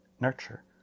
nurture